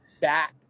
back